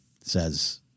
says